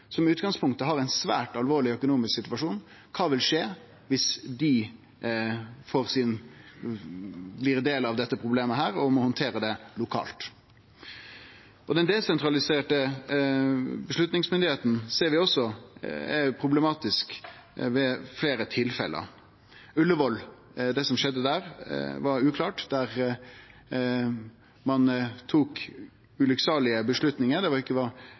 som i utgangspunktet har ein svært alvorleg økonomisk situasjon – kva vil skje dersom dei blir ein del av dette problemet og må handtere det lokalt? Det er fleire tilfelle der vi ser at den desentraliserte avgjerdsmyndigheita er problematisk. Det som skjedde ved Ullevål, var uklart, ein tok